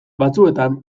batzuetan